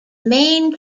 main